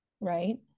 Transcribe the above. right